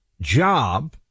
job